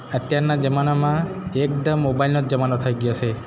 અત્યારના જમાનામાં એકદમ મોબાઈલનો જ જમાનો થઈ ગયો છે